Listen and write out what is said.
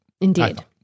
Indeed